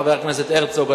חבר הכנסת הרצוג,